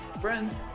friends